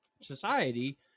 society